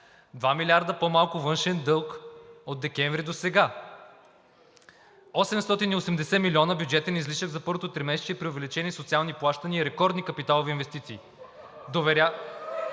2 милиарда по-малко външен дълг от декември досега; 880 милиона бюджетен излишък за първото тримесечие при увеличени социални плащания и рекордни капиталови инвестиции. (Смях